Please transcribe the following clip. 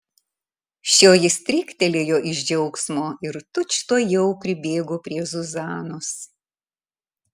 šioji stryktelėjo iš džiaugsmo ir tučtuojau pribėgo prie zuzanos